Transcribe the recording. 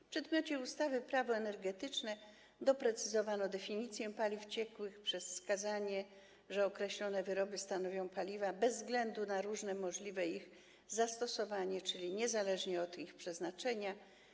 W zakresie ustawy Prawo energetyczne doprecyzowano definicję paliw ciekłych poprzez wskazanie, że określone wyroby stanowią paliwa bez względu na różne możliwe ich zastosowanie, czyli niezależnie od ich przeznaczenia.